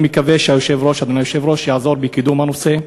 אני מקווה שאדוני היושב-ראש יעזור בקידום הנושא.